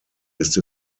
ist